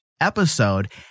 episode